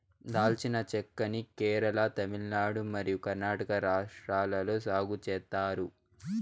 దాల్చిన చెక్క ని కేరళ, తమిళనాడు మరియు కర్ణాటక రాష్ట్రాలలో సాగు చేత్తారు